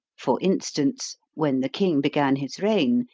for instance, when the king began his reign,